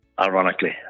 Ironically